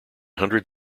hundred